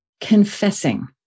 confessing